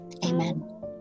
Amen